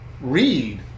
read